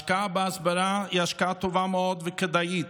השקעה בהסברה היא השקעה טובה מאוד וכדאית.